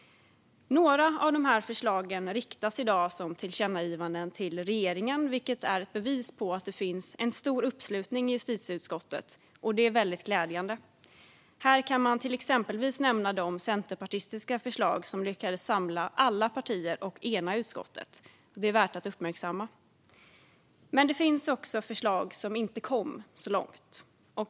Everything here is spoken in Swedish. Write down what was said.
Några av dessa förslag riktas i dag som tillkännagivanden till regeringen, vilket är ett bevis på att det finns en stor uppslutning i justitieutskottet, något som är väldigt glädjande. Här kan man exempelvis nämna de centerpartistiska förslag som lyckats samla alla partier och ena utskottet. Detta är värt att uppmärksamma. Men det finns också förslag som inte kom så långt.